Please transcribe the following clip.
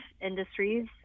industries